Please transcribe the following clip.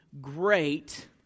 great